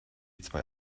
zwei